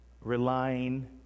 relying